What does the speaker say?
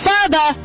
Father